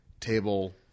table